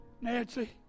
Nancy